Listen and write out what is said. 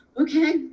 okay